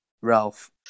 ralph